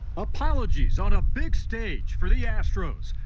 apologies on a big stage for the astros,